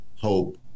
hope